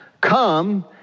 Come